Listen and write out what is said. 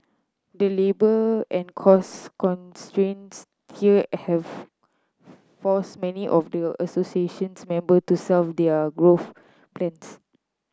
the labour and cost constraints here have forced many of the association's member to shelf their growth plans